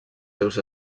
seus